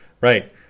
Right